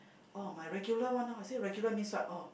oh my regular one lor I say regular means what oh